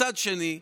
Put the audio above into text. מצד שני,